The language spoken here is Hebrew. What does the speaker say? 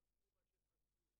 חטפו מה שחטפו,